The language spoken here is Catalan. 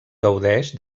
gaudeix